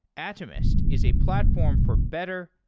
atomist is a platform for better,